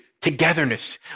togetherness